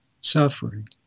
suffering